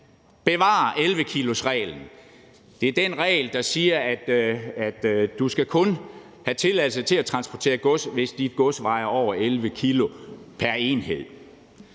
bevarer 11-kilosreglen. Det er den regel, der siger, at du kun skal have tilladelse til at transportere gods, hvis dit gods vejer over 11 kg pr. enhed.